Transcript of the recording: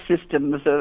systems